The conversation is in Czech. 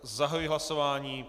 Zahajuji hlasování.